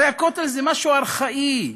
הרי הכותל זה משהו ארכאי,